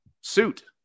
suit